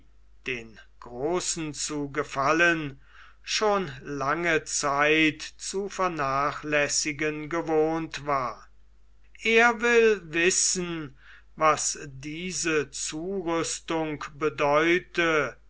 den großen zu gefallen schon lange zeit zu vernachlässigen gewohnt war er will wissen was diese zurüstung bedeute